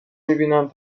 میبینم